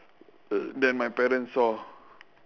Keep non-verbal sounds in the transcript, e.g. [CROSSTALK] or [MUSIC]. [NOISE] then my parent saw